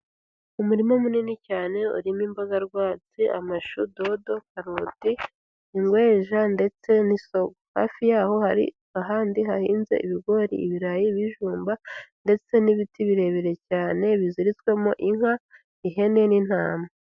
Umurima munini cyane urimo imboga rwatsi amashu, dodo, karoti, ingweja ndetse n'isogo, hafi yaho hari ahandi hahinze ibigori, ibirayi, ibijumba ndetse n'ibiti birebire cyane biziritswemo inka, ihene n'intama.